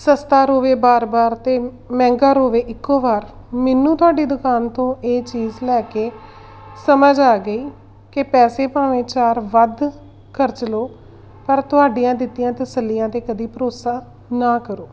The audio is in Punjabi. ਸਸਤਾ ਰੋਵੇ ਵਾਰ ਵਾਰ ਅਤੇ ਮਹਿੰਗਾ ਰੋਵੇ ਇੱਕੋ ਵਾਰ ਮੈਨੂੰ ਤੁਹਾਡੀ ਦੁਕਾਨ ਤੋਂ ਇਹ ਚੀਜ਼ ਲੈ ਕੇ ਸਮਝ ਆ ਗਈ ਕਿ ਪੈਸੇ ਭਾਵੇਂ ਚਾਰ ਵੱਧ ਖਰਚ ਲਓ ਪਰ ਤੁਹਾਡੀਆਂ ਦਿੱਤੀਆਂ ਤਸੱਲੀਆਂ 'ਤੇ ਕਦੀ ਭਰੋਸਾ ਨਾ ਕਰੋ